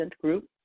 group